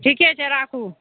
ठीके छै राखू